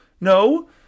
no